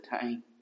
time